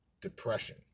depression